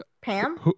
Pam